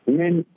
men